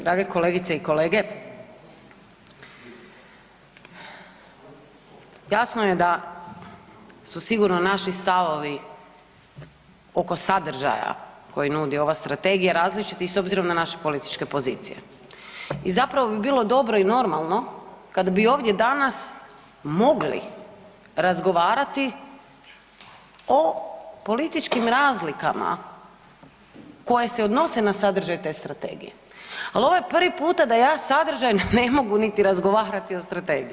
Drage kolegice i kolege, jasno je da su sigurno naši stavovi oko sadržaja koji nudi ova strategija različiti s obzirom na naše političke pozicije i zapravo bi bilo dobro i normalno kad bi ovdje danas mogli razgovarati o političkim razlikama koje se odnose na sadržaj te strategije, ali ovo je prvi puta da ja sadržajno niti ne mogu razgovarati o strategiji.